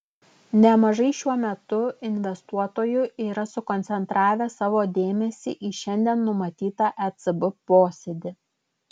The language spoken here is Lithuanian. nemažai šiuo metu investuotojų yra sukoncentravę savo dėmesį į šiandien numatytą ecb posėdį